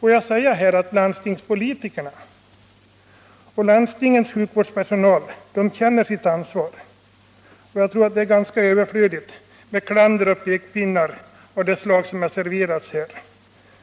Låt mig säga att landstingspolitikerna och landstingens sjukvårdspersonal känner sitt ansvar, och jag tror att det är ganska överflödigt med klander och pekpinnar av det slag som har serverats här.